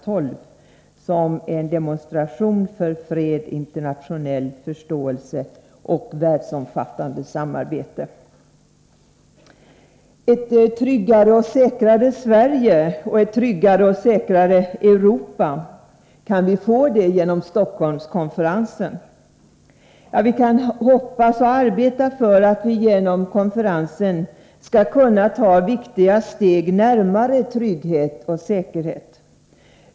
12 som en demonstration för fred, internationell förståelse och världsomfattande samarbete. Ett tryggare och säkrare Sverige och ett tryggare och säkrare Europa — kan vi få det genom Stockholmskonferensen? Vi kan åtminstone hoppas på och arbeta för att vi genom den skall kunna ta viktiga steg närmare trygghet och säkerhet.